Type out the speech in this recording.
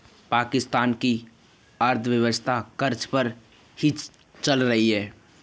पाकिस्तान की अर्थव्यवस्था कर्ज़े पर ही चल रही है